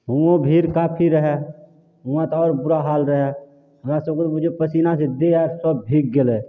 हुओँ भीड़ काफी रहै हुआँ तऽ आओर बुरा हाल रहै हमरासभके तऽ बुझिऔ पसीनासे देह हाथ सब भीग गेलै